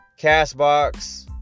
CastBox